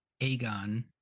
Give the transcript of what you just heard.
Aegon